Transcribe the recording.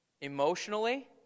emotionally